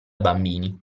bambini